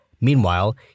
Meanwhile